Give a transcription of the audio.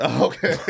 Okay